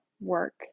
work